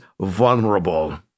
vulnerable